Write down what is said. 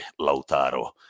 Lautaro